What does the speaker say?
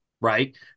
right